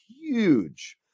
huge